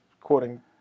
quoting